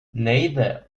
neither